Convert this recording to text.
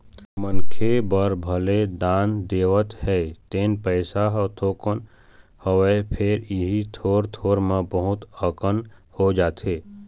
मनखे बर भले दान देवत हे तेन पइसा ह थोकन हवय फेर इही थोर थोर म बहुत अकन हो जाथे